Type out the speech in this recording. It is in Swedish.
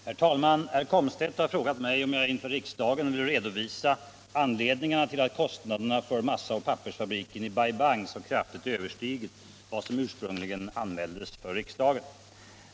Herr talman! Herr Komstedt har frågat mig om jag inför riksdagen vill redovisa anledningarna till att kostnaderna för massaoch pappersfabriken i Bai Bang så kraftigt överstigit vad som ursprungligen anmäldes för riksdagen.